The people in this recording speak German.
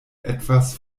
etwas